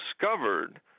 discovered